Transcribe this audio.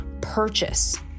purchase